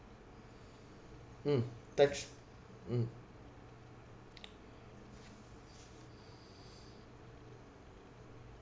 mm thanks mm